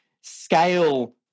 scale